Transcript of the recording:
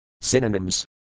Synonyms